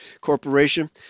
corporation